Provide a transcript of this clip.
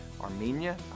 Armenia